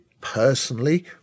personally